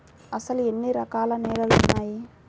అసలు ఎన్ని రకాల నేలలు వున్నాయి?